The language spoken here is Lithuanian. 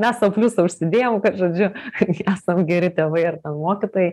mes sau pliusą užsidėjom žodžiu kad esam geri tėvai ar mokytojai